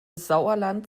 sauerland